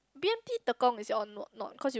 B_M_T Tekong is on what not cause you